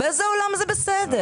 באיזה עולם זה בסדר?